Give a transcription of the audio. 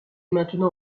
maintenant